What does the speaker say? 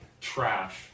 trash